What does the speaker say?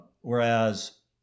Whereas